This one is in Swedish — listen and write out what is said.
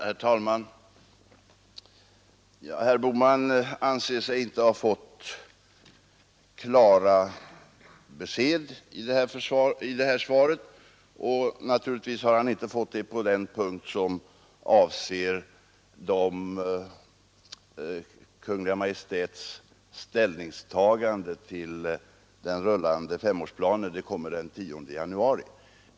Herr talman! Herr Bohman anser sig inte ha fått klara besked i det här svaret, och naturligtvis har han inte fått det på den punkt som avser Kungl. Maj:ts ställningstagande till den rullande femårsplanen — det kommer den 10 januari.